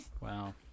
wow